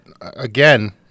again